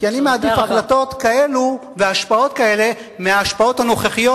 כי אני מעדיף החלטות כאלה והשפעות כאלה מההשפעות הנוכחיות